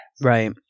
Right